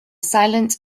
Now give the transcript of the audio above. silent